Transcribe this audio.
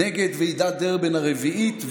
נגד ועידת דרבן הרביעית,